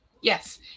yes